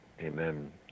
Amen